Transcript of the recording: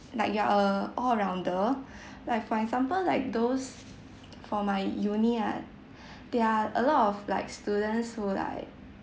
like you are a all rounder like for example like those for my Uni ah there are a lot of like students who like